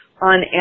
on